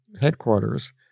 Headquarters